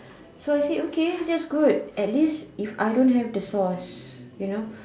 so I say okay that's good at least if I don't have the source you know